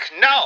no